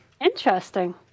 Interesting